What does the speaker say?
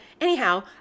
anyhow